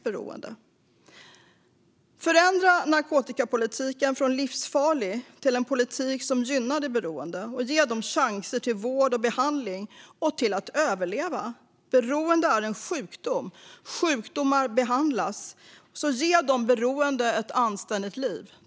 Vi vill förändra narkotikapolitiken från livsfarlig till en politik som gynnar de beroende och ger dem chanser till vård och behandling och till att överleva. Beroende är en sjukdom - sjukdomar behandlas. Ge de beroende ett anständigt liv!